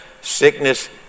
sickness